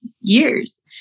years